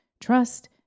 trust